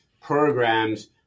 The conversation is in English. programs